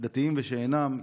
דתיים ושאינם דתיים,